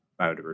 biodiversity